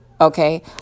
Okay